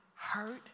hurt